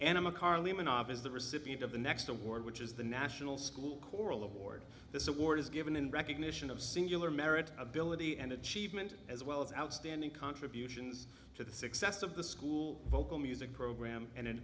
you as the recipient of the next award which is the national school board this award is given in recognition of singular merit ability and achievement as well as outstanding contributions to the success of the school vocal music program and an